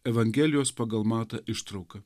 evangelijos pagal matą ištrauka